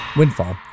windfall